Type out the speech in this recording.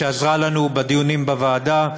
שעזרה לנו בדיונים בוועדה,